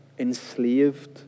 enslaved